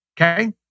Okay